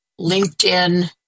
LinkedIn